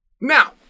Now